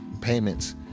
payments